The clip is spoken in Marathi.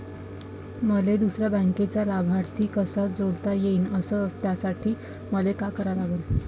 मले दुसऱ्या बँकेचा लाभार्थी कसा जोडता येईन, अस त्यासाठी मले का करा लागन?